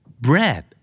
Bread